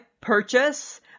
purchase